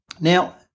Now